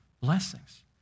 blessings